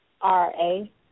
R-A